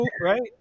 right